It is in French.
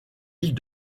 île